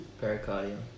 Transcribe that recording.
pericardium